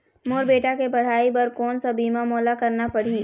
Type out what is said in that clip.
मोर बेटा के पढ़ई बर कोन सा बीमा मोला करना पढ़ही?